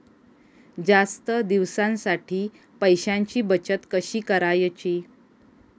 जास्त दिवसांसाठी पैशांची बचत कशी करायची?